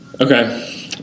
Okay